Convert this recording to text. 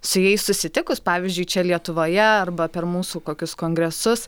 su jais susitikus pavyzdžiui čia lietuvoje arba per mūsų kokius kongresus